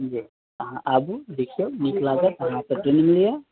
जी अहाँ आबु देखियौ नीक लागत अहाँ एतय ट्रेनिंग लिअ